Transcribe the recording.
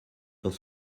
dans